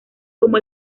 como